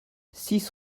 six